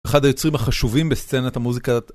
אחד היוצרים החשובים בסצנת המוזיקה.